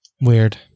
Weird